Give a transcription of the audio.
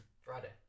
Friday